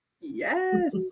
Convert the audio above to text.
Yes